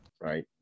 Right